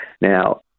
Now